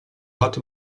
hatte